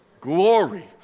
Glory